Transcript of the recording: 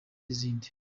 n’izindi